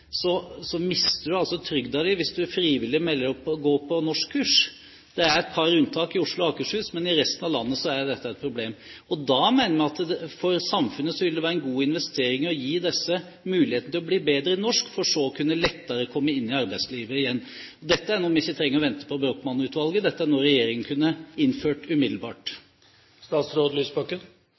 mister du altså trygden din hvis du frivillig melder deg til å gå på norskkurs. Det er et par unntak i Oslo og Akershus, men i resten av landet er jo dette et problem. Da mener vi at for samfunnet vil det være en god investering å gi disse mulighetene til å bli bedre i norsk, for så lettere å kunne komme inn i arbeidslivet igjen. Dette er noe vi ikke trenger å vente på Brochmann-utvalget med, dette er noe regjeringen kunne innført